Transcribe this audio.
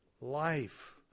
life